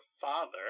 father